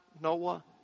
Noah